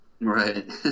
Right